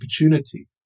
opportunity